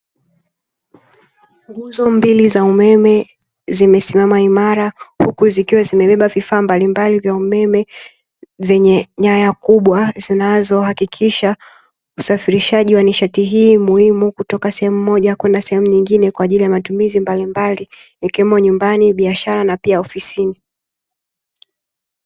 Nguzo mbili za umeme zimesimama imara, huku zikiwa zimebeba vifaa mbalimbali vya umeme zenye nyaya kubwa, zinazohakikisha usafirishaji wa nishati hii muhimu kutoka sehemu moja kwenda nyingine kwa ajili ya matumizi mbalimbali ikiwemo nyumbani, biashara na pia ofisini.